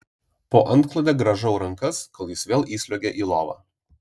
po antklode grąžau rankas kol jis vėl įsliuogia į lovą